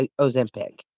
Ozempic